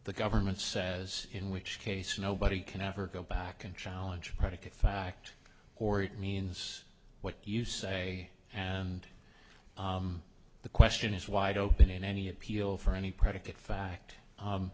the government says in which case nobody can ever go back and challenge a predicate fact or it means what you say and the question is wide open in any appeal for any predicate fact